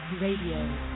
Radio